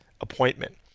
appointment